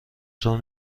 طور